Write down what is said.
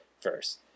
first